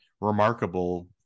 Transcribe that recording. remarkable